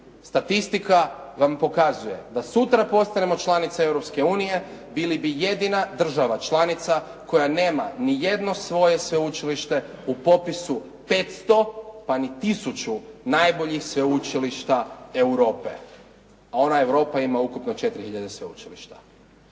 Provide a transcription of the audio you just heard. statistika vam pokazuje, da sutra postanemo članica Europske unije bili bi jedina država članica koja nema ni jedno svoje sveučilište u popisu 500, pa ni 1000 najboljih sveučilišta Europe, a ona Europa ima ukupno 4000 sveučilišta.